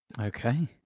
okay